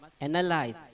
analyze